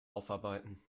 aufarbeiten